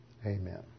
Amen